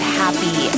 happy